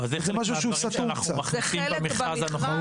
זה אחד מהדברים שאנחנו מכניסים במכרז הנוכחי.